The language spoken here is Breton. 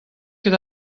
ket